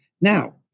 Now